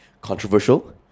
controversial